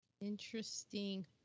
Interesting